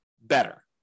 better